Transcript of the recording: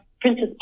Princess